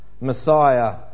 Messiah